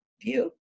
view